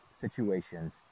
situations